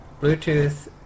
Bluetooth